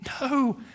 No